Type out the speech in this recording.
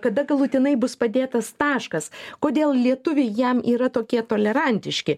kada galutinai bus padėtas taškas kodėl lietuviai jam yra tokie tolerantiški